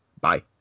Bye